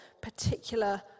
particular